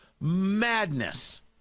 madness